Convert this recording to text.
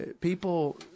people